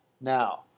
Now